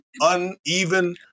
uneven